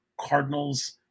Cardinals